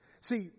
See